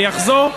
אני אחזור,